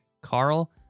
Carl